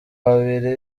babiri